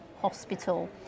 hospital